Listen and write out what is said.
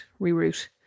Reroute